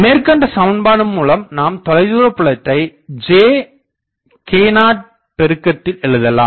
மேற்கண்ட சமன்பாடு மூலம் நாம் தொலைதூரபுலத்தை j k0 பெருக்கத்தில் எழுதலாம்